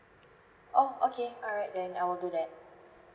oh okay alright then I will do that